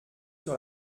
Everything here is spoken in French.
sur